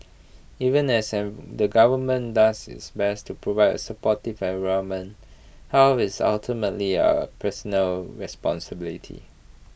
even as the government does its best to provide A supportive environment health is ultimately A personal responsibility